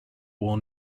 will